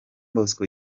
bosco